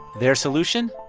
their solution?